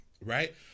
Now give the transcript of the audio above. right